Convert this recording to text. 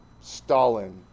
Stalin